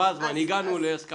חבל על הזמן, הגענו להסכמה.